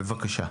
בבקשה.